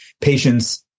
patients